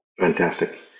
Fantastic